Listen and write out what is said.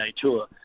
Tour